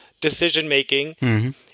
decision-making